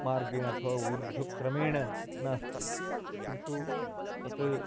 मार्गेण अथवा ऊर्ध्वक्रमेण नास्ति किन्तु तत्